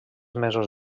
mesos